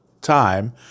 time